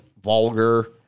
vulgar